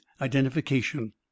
identification